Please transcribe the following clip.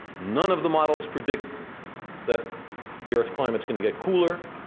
none of the models predict that the earth climate is going to get cooler.